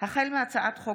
החל בהצעת חוק